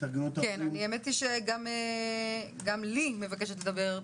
האמת היא שגם לי מבקשת לדבר,